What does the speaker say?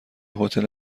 هتل